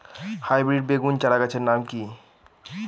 Hybrid বেগুন চারাগাছের নাম কি?